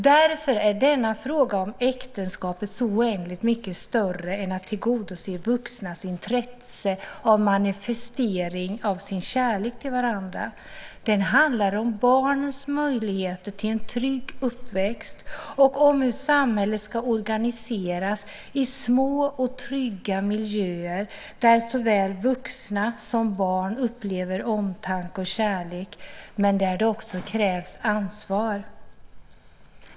Därför är denna fråga om äktenskapet så oändligt mycket större än att tillgodose vuxnas intresse av manifestering av sin kärlek till varandra. Den handlar om barnens möjligheter till en trygg uppväxt och om hur samhället ska organiseras i små och trygga miljöer där såväl vuxna som barn upplever omtanke och kärlek men där det också krävs ansvar.